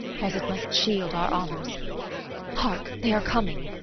cause it must shield our honours hark! they are coming.